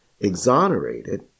exonerated